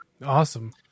Awesome